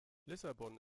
lissabon